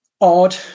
odd